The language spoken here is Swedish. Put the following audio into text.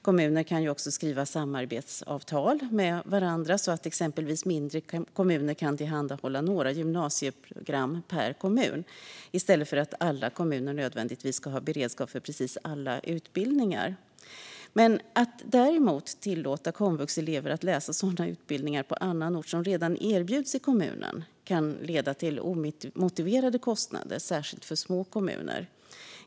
Kommuner kan ju också skriva samarbetsavtal med varandra, så att exempelvis mindre kommuner kan tillhandahålla några gymnasieprogram per kommun i stället för att alla kommuner nödvändigtvis ska ha beredskap för precis alla utbildningar. Att däremot tillåta komvuxelever att på annan ort läsa sådana utbildningar som redan erbjuds i kommunen kan leda till omotiverade kostnader, särskilt för små kommuner.